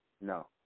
no